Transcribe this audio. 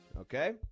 okay